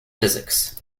physics